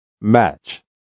match